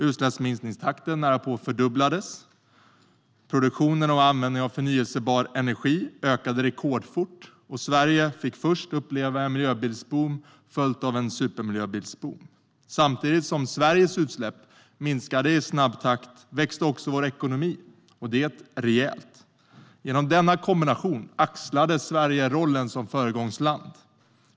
Utsläppsminskningstakten närapå fördubblades, produktionen och användningen av förnybar energi ökade rekordsnabbt och Sverige fick uppleva först en miljöbilsboom och sedan en supermiljöbilsboom. Samtidigt som Sveriges utsläpp minskade i snabb takt växte vår ekonomi, och det rejält. Genom denna kombination axlade Sverige rollen som föregångsland.